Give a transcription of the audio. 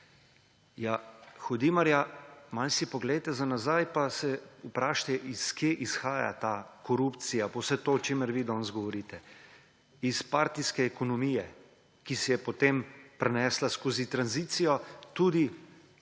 Ja hudimarja, malo si poglejte nazaj pa se vprašajte, iz kje izhaja ta korupcija pa vse to, o čemer vi danes govorite. Iz partijske ekonomije, ki se je potem prenesla skozi tranzicijo tudi